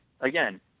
again